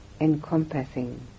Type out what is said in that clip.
encompassing